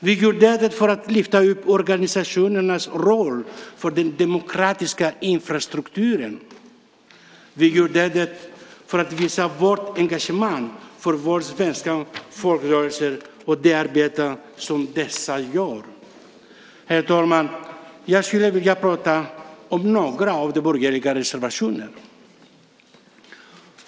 Vi gjorde det för att lyfta upp organisationernas roll för den demokratiska infrastrukturen. Vi gjorde det för att visa vårt engagemang för våra svenska folkrörelser och det arbete som dessa gör. Herr talman! Jag skulle vilja prata om några av de borgerliga reservationerna.